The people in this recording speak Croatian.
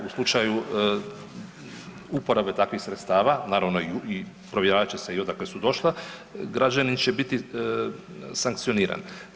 U slučaju uporabe takvih sredstava, naravno i provjeravat će se i odakle su došla, građani će biti sankcionirani.